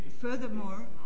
Furthermore